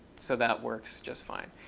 so that works just fine.